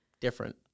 Different